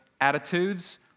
attitudes